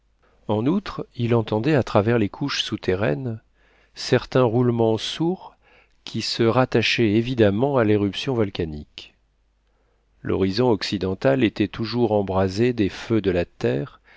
en outre il entendait à travers les couches souterraines certains roulements sourds qui se rattachaient évidemment à l'éruption volcanique l'horizon occidental était toujours embrasé des feux de la terre